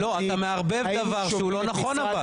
עידן, אתה מערבב דבר שהוא לא נכון.